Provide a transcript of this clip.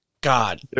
God